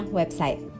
website